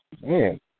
man